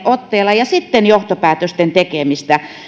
otteella ja johtopäätösten tekemistä